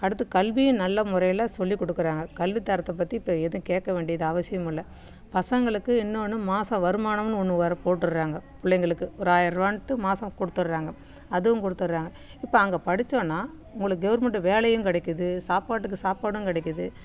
அடுத்து கல்வியும் நல்ல முறையில் சொல்லிக்கொடுக்கறாங்க கல்வி தரத்தைப் பற்றி இப்போ எதுவும் கேட்க வேண்டியது அவசியம் இல்லை பசங்களுக்கு இன்னொன்று மாத வருமானம்னு ஒன்று வேறு போட்டுடறாங்க பிள்ளைங்களுக்கு ஒரு ஆயிரரூவான்ட்டு மாதம் கொடுத்துட்றாங்க அதுவும் கொடுத்துட்றாங்க இப்போ அங்கே படித்தோன்னா உங்களுக்கு கெவர்மெண்ட்டு வேலையும் கிடைக்குது சாப்பாட்டுக்கு சாப்பாடும் கிடைக்குது